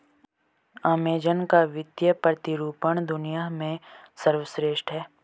Amazon का वित्तीय प्रतिरूपण दुनिया में सर्वश्रेष्ठ है